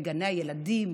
בגני הילדים,